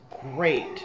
great